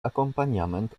akompaniament